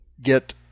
get